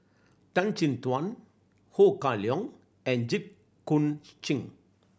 Tan Chin Tuan Ho Kah Leong and Jit Koon Ch'ng